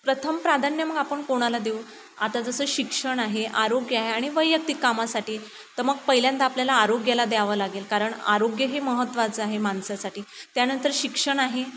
प्रथम प्राधान्य मग आपण कोणाला देऊ आता जसं शिक्षण आहे आरोग्य आहे आणि वैयक्तिक कामासाठी तर मग पहिल्यांदा आपल्याला आरोग्याला द्यावं लागेल कारण आरोग्य हे महत्त्वाचं आहे माणसासाठी त्यानंतर शिक्षण आहे